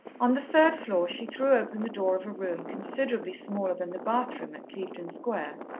on the third floor she threw open the door of a room considerably smaller than the bath-room at clevedon square,